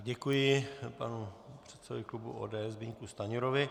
Děkuji panu předsedovi klubu ODS Zbyňku Stanjurovi.